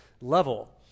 level